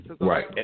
right